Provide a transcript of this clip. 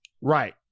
Right